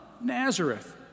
Nazareth